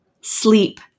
sleep